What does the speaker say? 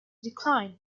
declined